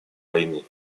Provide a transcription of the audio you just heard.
войны